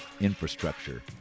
infrastructure